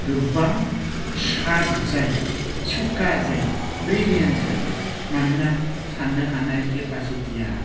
गोबां शार्प जायो सुख्खा जायो ब्रिलियान्त जायो मानोना साननो हानाय केपासिथिया